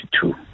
two